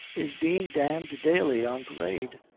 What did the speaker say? is being damned daily on parade